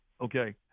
Okay